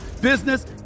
business